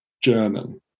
German